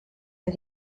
and